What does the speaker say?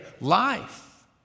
life